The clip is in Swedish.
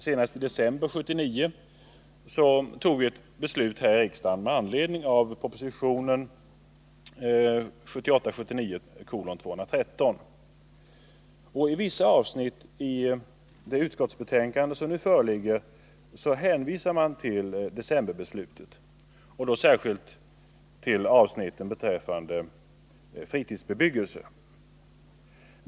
Senast i december 1979 fattades ett beslut här i riksdagen med anledning av proposition 1978/79:213. I vissa avsnitt hänvisar utskottet i nu föreliggande betänkande till decemberbeslutet och då särskilt till avsnittet om fritidsbebyggelse.